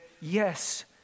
yes